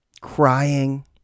crying